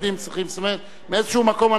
מאיזה מקום אנחנו צריכים לקבל את הכסף.